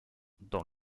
dans